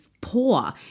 poor